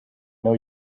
know